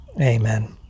amen